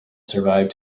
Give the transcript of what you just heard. survive